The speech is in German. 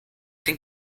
den